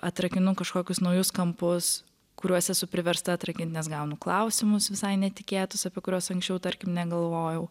atrakinu kažkokius naujus kampus kuriuos esu priversta atrakint nes gaunu klausimus visai netikėtus apie kuriuos anksčiau tarkim negalvojau